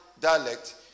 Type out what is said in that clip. dialect